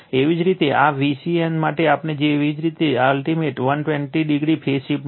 એવી જ રીતે આ Vcn માટે આપણને એવી જ રીતે અલ્ટીમેટ 120o ફેઝ શિફ્ટ મળે છે